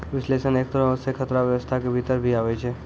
विश्लेषण एक तरहो से खतरा व्यवस्था के भीतर भी आबै छै